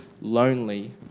lonely